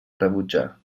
rebutjar